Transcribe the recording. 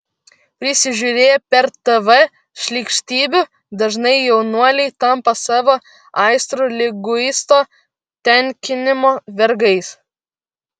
prisižiūrėję per tv šlykštybių dažnai jaunuoliai tampa savo aistrų liguisto tenkinimo vergais